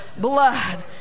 blood